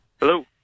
Hello